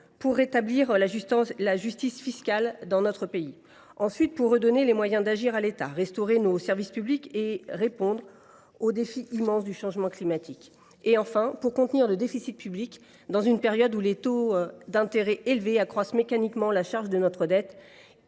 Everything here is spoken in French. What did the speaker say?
d’abord la justice fiscale dans notre pays, de redonner ensuite les moyens d’agir à l’État, de restaurer nos services publics, de répondre aux défis immenses du changement climatique et, enfin, de contenir le déficit public, dans une période où les taux d’intérêt élevés accroissent mécaniquement la charge de notre dette,